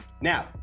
Now